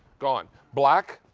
gone. black?